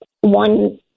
one